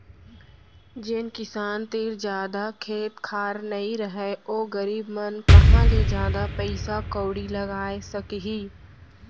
जेन किसान तीर जादा खेत खार नइ रहय ओ गरीब मन कहॉं ले जादा पइसा कउड़ी लगाय सकहीं